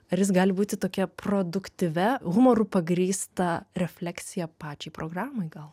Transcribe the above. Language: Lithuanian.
ar jis gali būti tokia produktyvia humoru pagrįsta refleksija pačiai programai gal